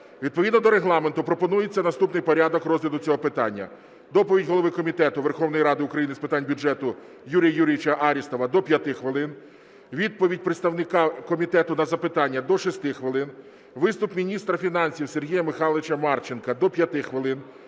Відповідно до Регламенту пропонується наступний порядок розгляду цього питання. Доповідь голови Комітету Верховної Ради України з питань бюджету Юрія Юрійовича Арістова – до 5 хвилин. Відповіді представника комітету на запитання – до 6 хвилин. Виступ міністра фінансів Сергія Михайловича Марченка – до 5 хвилин.